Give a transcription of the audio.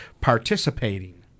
participating